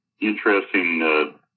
interesting